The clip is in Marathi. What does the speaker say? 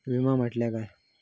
विमा म्हटल्या काय?